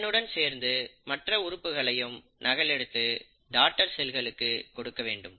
இதனுடன் சேர்ந்து மற்ற உறுப்புகளையும் நகலெடுத்து டாடர் செல்களுக்கு கொடுக்க வேண்டும்